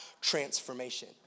transformation